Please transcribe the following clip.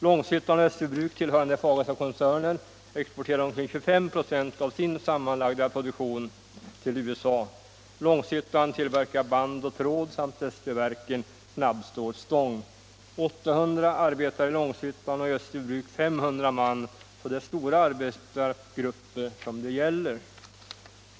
Långshyttan och Österbybruk, tillhörande Fagerstakoncernen, exporterar omkring 25 96 av sin sammanlagda produktion till USA. Långs-, hyttan tillverkar band och tråd, Österbybruk snabbstålsstång. 800 arbetar i Långshyttan och 500 i Österbybruk, så det är stora arbetargrupper som det gäller.